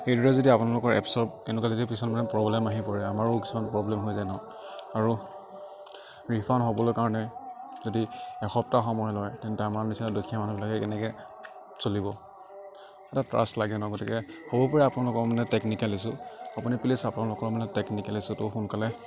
এইদৰে যদি আপোনালোকৰ এপছৰ এনেকুৱা যদি কিছুমান মানে প্ৰ'ব্লেম আহি পৰে আমাৰো কিছুমান প্ৰ'ব্লেম হৈ যায় ন আৰু ৰীফাণ্ড হ'বলৈ কাৰণে যদি এসপ্তাহ সময় লয় তেন্তে আমাৰ নিচিনা দুখীয়া মানুহবিলাকে কেনেকে চলিব এটা ট্ৰাষ্ট লাগে ন গতিকে হ'ব পাৰে আপোনালোকৰ মানে টেকনিকেল ইচ্ছ্য়ু আপনি প্লীজ আপোনালোকৰ টেকনিকেল ইচ্ছ্যুটো মানে সোনকালে